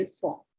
form